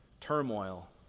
turmoil